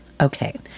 Okay